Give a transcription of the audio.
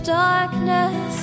darkness